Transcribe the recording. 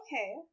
Okay